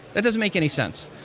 that doesn't make any sense.